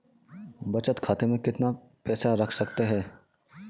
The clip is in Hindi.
बचत खाते में कितना पैसा रख सकते हैं?